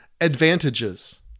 advantages